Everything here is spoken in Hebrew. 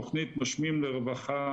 תכנית "נושמים לרווחה",